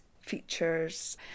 features